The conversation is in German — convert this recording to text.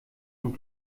und